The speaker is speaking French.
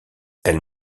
elle